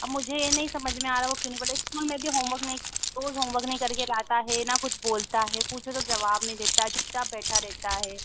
अब मुझे ये नहीं समझ में आ रहा वो क्यों नहीं पढ़ रहा इस्कूल में भी होमवर्क नहीं रोज़ होमवर्क नहीं करके लाता है ना कुछ बोलता है पूछो तो जवाब नहीं देता है चुपचाप बैठा रहता है